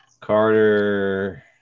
Carter